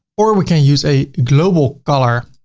or we can use a global color,